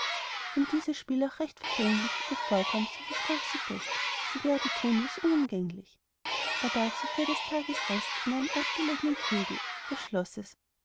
dieses spiel auch recht verfänglich ihr vorkam so versprach sie fest sie werde tun was unumgänglich er barg sich für des tages rest in einem abgelegnen flügel des schlosses